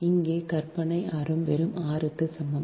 இங்கே கற்பனை ஆரம் வெறும் r க்கு சமம்